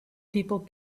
people